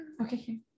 Okay